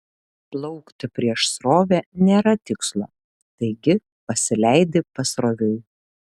plaukti prieš srovę nėra tikslo taigi pasileidi pasroviui